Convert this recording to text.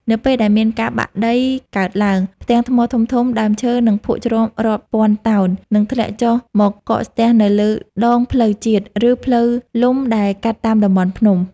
នៅពេលដែលមានការបាក់ដីកើតឡើង ផ្ទាំងថ្មធំៗ ដើមឈើ និងភក់ជ្រាំរាប់ពាន់តោននឹងធ្លាក់ចុះមកកកស្ទះនៅលើដងផ្លូវជាតិ ឬផ្លូវលំដែលកាត់តាមតំបន់ភ្នំ។